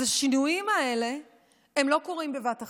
אז השינויים האלה לא קורים בבת אחת.